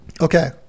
Okay